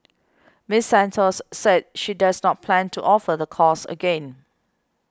Miss Santos said she does not plan to offer the course again